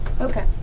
Okay